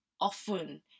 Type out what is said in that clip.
often